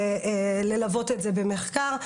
ללוות את זה במחקר,